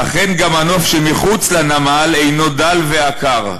אכן גם הנוף / שמחוץ לנמל אינו דל ועקר.